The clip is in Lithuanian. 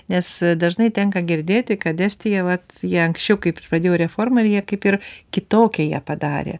nes dažnai tenka girdėti kad estija vat jie anksčiau kaip pradėjo reformą ir jie kaip ir kitokią ją padarė